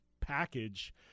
package